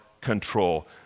control